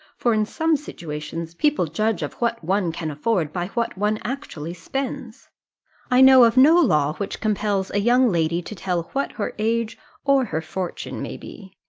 for in some situations, people judge of what one can afford by what one actually spends i know of no law which compels a young lady to tell what her age or her fortune may be.